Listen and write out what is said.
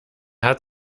hat